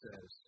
says